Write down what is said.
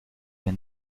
hier